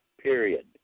period